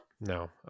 No